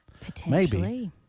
Potentially